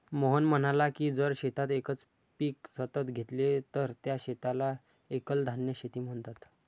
मोहन म्हणाला की जर शेतात एकच पीक सतत घेतले तर त्या शेताला एकल धान्य शेती म्हणतात